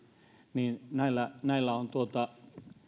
niin sinne on